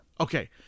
Okay